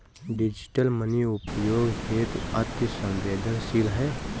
digital money उपयोग हेतु अति सवेंदनशील है